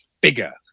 bigger